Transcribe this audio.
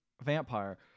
Vampire